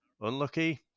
unlucky